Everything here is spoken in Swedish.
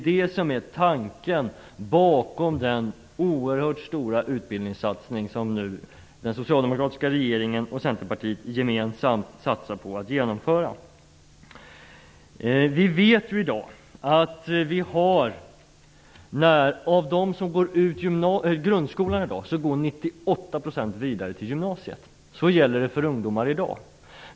Det är tanken bakom den oerhört stora utbildningssatsning som den socialdemokratiska regeringen och Centerpartiet gemensamt satsar på att genomföra. Av de som går ut grundskolan i dag går 98 % vidare till gymnasiet. Så är det för ungdomar i dag.